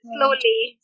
Slowly